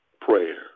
prayer